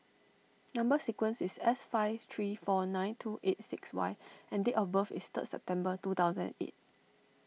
Number Sequence is S five three four nine two eight six Y and date of birth is third September two thousand and eight